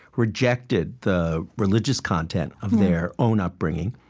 rejected the religious content of their own upbringing.